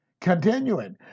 Continuing